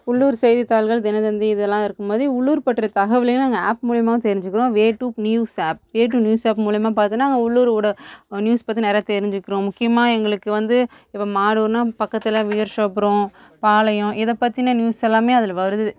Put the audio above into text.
உள்ளூர் செய்தித்தாள்கள் தினத்தந்தி இதெலாம் இருக்கும் போது உள்ளூர் பற்றிய தகவலையும் நாங்கள் ஆப் மூலிமாவும் தெரிஞ்சிக்கிறோம் way to news app way to news app மூலிமா பார்த்தினா உள்ளூர் ஊட நியூஸ் பற்றி நிறையா தெரிஞ்சிக்கிறோம் முக்கியமாக எங்களுக்கு வந்து இப்போ மாடூர்னா பக்கத்தில் உயர்ஷொபுரோம் பாளையம் இதைப் பற்றின நியூஸ் எல்லாம் அதில் வருது